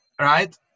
right